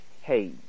hey